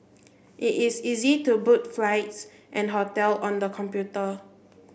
it is easy to book flights and hotel on the computer